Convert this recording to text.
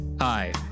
Hi